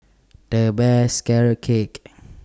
The Best Carrot Cake